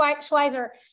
Schweizer